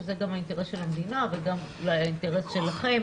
שזה גם האינטרס של המדינה אבל גם האינטרס שלכם.